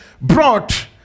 brought